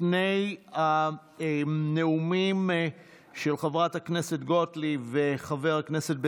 לפני הנאומים של חברת הכנסת גוטליב וחבר הכנסת בצלאל,